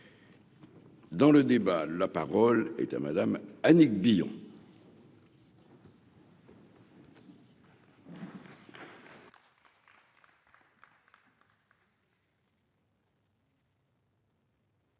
Dans le débat, la parole est à madame Annick Billon.